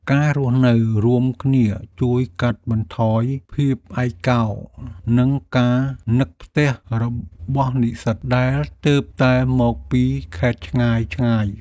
ការរស់នៅរួមគ្នាជួយកាត់បន្ថយភាពឯកោ និងការនឹកផ្ទះរបស់និស្សិតដែលទើបតែមកពីខេត្តឆ្ងាយៗ។